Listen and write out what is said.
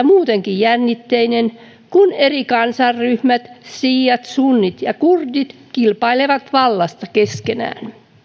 muutenkin jännitteinen kun eri kansanryhmät siiat sunnit ja kurdit kilpailevat vallasta keskenään